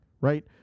right